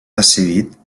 decidit